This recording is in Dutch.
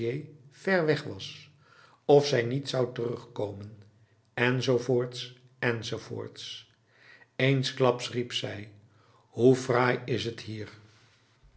ver weg was of zij niet zou terugkomen enz enz eensklaps riep zij hoe fraai is t hier